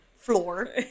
floor